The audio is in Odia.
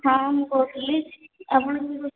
ହଁ ମୁଁ କହୁଥିଲି ଆପଣ କିଏ କହୁ